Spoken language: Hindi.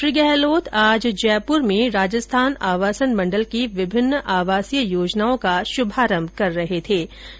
श्री गहलोत आज जयपुर में राजस्थान आवासन मंडल की विभिन्न आवासीय योजनाओं का शुभारंभ करते हुए ये बात कही